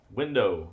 window